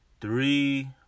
three